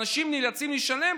אנשים נאלצים לשלם,